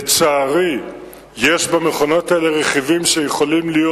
ולצערי יש במכונות האלה רכיבים שיכולים להיות